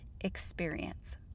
experience